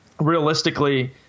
realistically